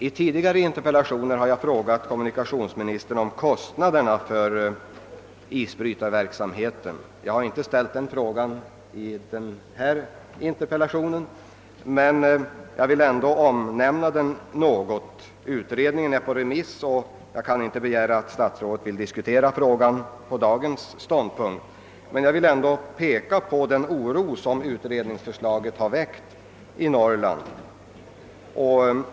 I tidigare interpellationer till kommunikationsministern har jag tagit upp frågan om avgifterna för isbrytarverksamheten. Jag har inte ställt någon sådan fråga i den nu besvarade interpellationen, men jag vill ändå beröra spörsmålet något. Den utredning som gjorts i ärendet är ute på remiss och jag kan därför inte begära att statsrådet på dagens ståndpunkt skulle vilja diskutera frågan. Jag kan inte underlåta att ändå peka på den oro som utredningsförslaget väckt i Norrland.